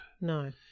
No